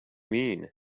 mean